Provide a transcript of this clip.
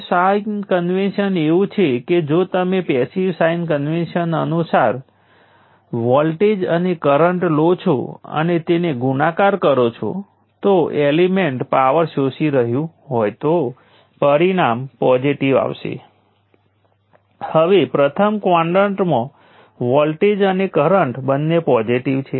તો ચાલો કહીએ કે આ સર્કિટમાં પાવરનો એકમાત્ર સોર્સ છે અને બીજી તરફ તે પાવર ડિલિવર કરશે જો તમારી પાસે આ ચિત્ર સાથે સુસંગત રહેવા માટે બહુવિધ ઈન્ડિપેન્ડેન્ટ સોર્સો હોય તો હું મધ્યમાં ફક્ત રઝિસ્ટરોથી બનેલી સર્કિટ બતાવીશ અને હું બીજી બાજુ બીજો સોર્સ બતાવીશ